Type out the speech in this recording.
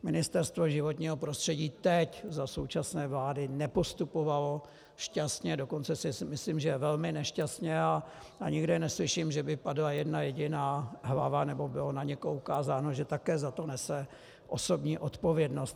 Ministerstvo životního prostředí teď, za současné vlády, nepostupovalo šťastně, dokonce si myslím, že velmi nešťastně, a nikde neslyším, že by padla jedna jediná hlava nebo bylo na někoho poukázáno, že také za to nese osobní odpovědnost.